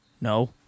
No